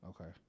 Okay